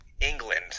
England